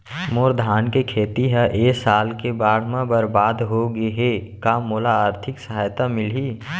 मोर धान के खेती ह ए साल के बाढ़ म बरबाद हो गे हे का मोला आर्थिक सहायता मिलही?